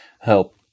help